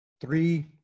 three